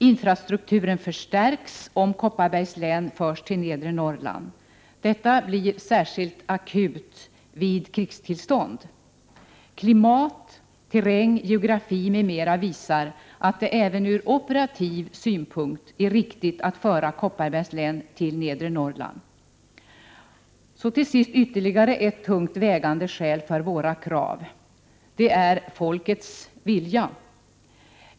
Infrastrukturen förstärks om Kopparbergs län förs till Nedre Norrland. Detta blir särskilt akut vid krigstillstånd. Klimat, terräng, geografi m.m. visar att det även ur operativ synpunkt är riktigt att föra Kopparbergs län till Nedre Norrland. Så till sist ytterligare ett tungt vägande skäl för våra krav: Folkets vilja.